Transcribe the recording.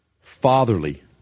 fatherly